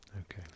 Okay